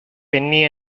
penny